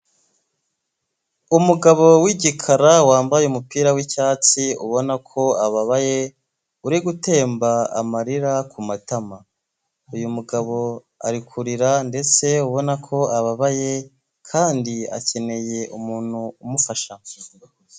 Umugabo wigikara wambaye umupira w'icyatsi ubona ko ababaye uri gutemba amarira kumatama, uyu mugabo ari kurira ndetse ubona ko ababaye kandi akeneye umuntu umufasha.